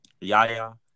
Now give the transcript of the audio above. Yaya